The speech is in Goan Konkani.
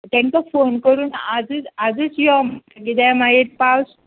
तांकां फोन करून आदीच आदीं यो कित्याक मागीर पावस